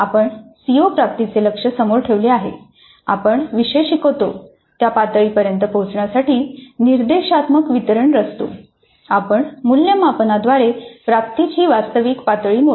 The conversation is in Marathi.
आपण सीओ प्राप्तीचे लक्ष्य समोर ठेवले आहे आपण विषय शिकवतो त्या पातळीपर्यंत पोहोचण्यासाठी निर्देशात्मक वितरण रचतो आपण मूल्यमापना द्वारे प्राप्तीची वास्तविक पातळी मोजतो